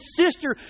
sister